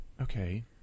Okay